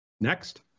Next